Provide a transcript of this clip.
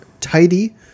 tidy